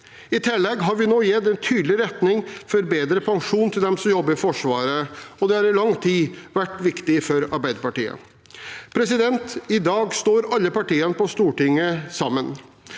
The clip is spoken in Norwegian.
I tillegg har vi nå gitt en tydelig retning for bedre pensjon til dem som jobber i Forsvaret, og det har i lang tid vært viktig for Arbeiderpartiet. I dag står alle partiene på Stortinget sammen